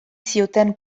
zioten